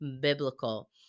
biblical